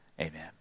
Amen